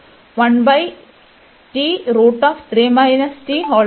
നമുക്ക് കണക്കാക്കാം അതിനാൽ